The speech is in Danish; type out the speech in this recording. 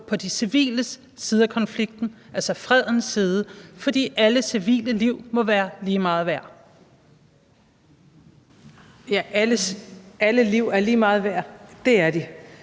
på de civiles side af konflikten, altså fredens side, for alle civile liv må være lige meget værd. Kl. 14:33 Statsministeren